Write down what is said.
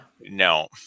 No